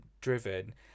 driven